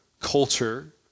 culture